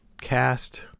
cast